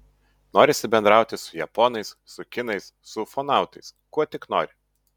norisi bendrauti su japonais su kinais su ufonautais kuo tik nori